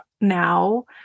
now